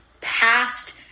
past